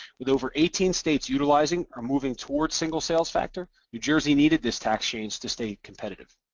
with over eighteen states utilizing or moving towards single sales factor, new jersey needed this tax change to stay competitive.